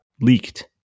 leaked